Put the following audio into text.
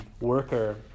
worker